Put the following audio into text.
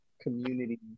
community